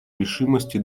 решимости